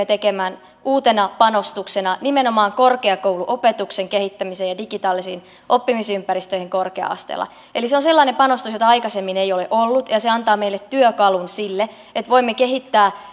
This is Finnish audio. tekemään uutena panostuksena nimenomaan korkeakouluopetuksen kehittämiseen ja digitaalisiin oppimisympäristöihin korkea asteella on sellainen panostus jota aikaisemmin ei ole ollut ja se antaa meille työkalun sille että voimme kehittää